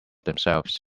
themselves